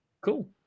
Cool